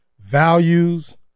values